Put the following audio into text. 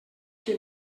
que